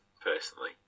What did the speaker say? personally